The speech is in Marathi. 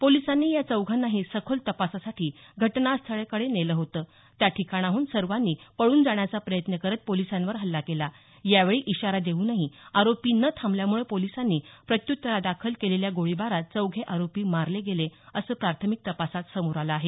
पोलिसांनी या चौघांनाही सखोल तपासासाठी घटनास्थळाकडे नेलं होतं त्या ठिकाणाहून सर्वांनी पळून जाण्याचा प्रयत्न करत पोलिसांवर हछा केला यावेळी इशारा देऊनही आरोपी न थांबल्यामुळे पोलिसांनी प्रत्युत्तरादाखल केलेल्या गोळीबारात चौघे आरोपी मारले गेले असं प्राथमिक तपासात समोर आलं आहे